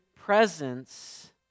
presence